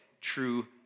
true